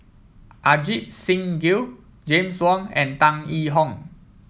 Ajit Singh Gill James Wong and Tan Yee Hong